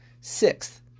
sixth